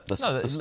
No